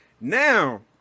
Now